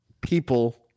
people